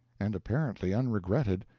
and apparently unregretted,